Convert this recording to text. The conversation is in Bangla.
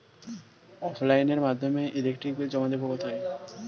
অফলাইনে এর মাধ্যমে ইলেকট্রিক বিল জমা দেবো কোথায়?